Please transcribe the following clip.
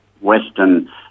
Western